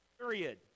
Period